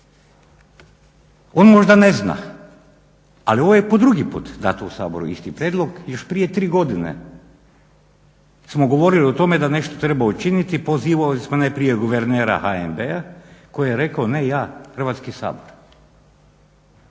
On možda ne zna ali ovo je po drugi puta dato u Saboru isti prijedlog. Još prije tri godine smo govorili o tome da nešto treba učiniti, pozivali smo najprije guvernera HNB-a koji je rekao ne ja Hrvatski sabor.